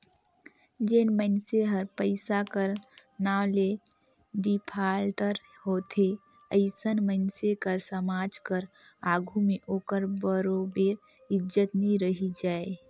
जेन मइनसे हर पइसा कर नांव ले डिफाल्टर होथे अइसन मइनसे कर समाज कर आघु में ओकर बरोबेर इज्जत नी रहि जाए